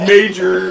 Major